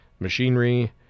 Machinery